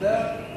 ההצעה להעביר את